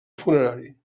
funerari